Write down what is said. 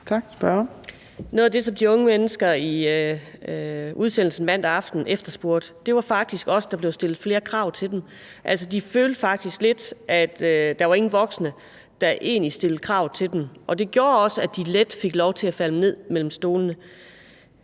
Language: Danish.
Noget af det, som de unge mennesker i udsendelsen mandag aften efterspurgte, var faktisk også, at der blev stillet flere krav til dem. De følte egentlig lidt, at der ikke var nogen voksne, der stillede krav til dem, og det gjorde også, at de let fik lov til at falde ned mellem stolene.